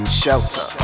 shelter